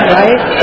right